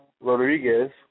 Rodriguez